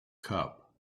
cup